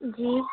جی